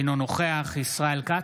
אינו נוכח ישראל כץ,